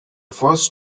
first